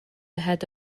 ahead